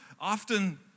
often